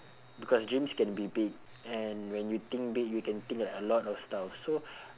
because dreams can be big and when you think big you can think like a lot of stuff so